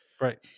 Right